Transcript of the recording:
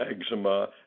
eczema